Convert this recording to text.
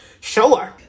sure